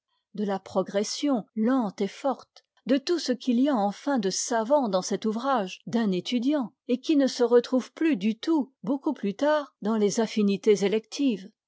de la progression lente et forte de tout ce qu'il y a enfin de savant dans cet ouvrage d'un étudiant et qui ne se retrouve plus du tout beaucoup plus tard dans les affinités électives